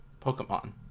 Pokemon